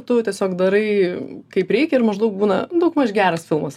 tu tiesiog darai kaip reikia ir maždaug būna daugmaž geras filmas